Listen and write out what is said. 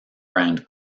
brand